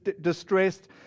distressed